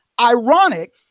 Ironic